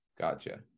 gotcha